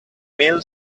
mil